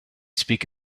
speak